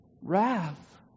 wrath